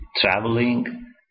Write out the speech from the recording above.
traveling